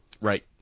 Right